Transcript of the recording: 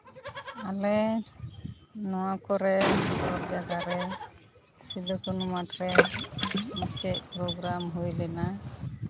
ᱟᱞᱮ ᱱᱚᱣᱟ ᱠᱚᱨᱮ ᱥᱚᱦᱚᱨ ᱡᱟᱭᱜᱟ ᱨᱮ ᱥᱤᱫᱩᱼᱠᱟᱹᱱᱩ ᱢᱟᱴᱷᱨᱮ ᱢᱤᱫᱴᱮᱡ ᱯᱨᱳᱜᱽᱨᱟᱢ ᱦᱩᱭ ᱞᱮᱱᱟ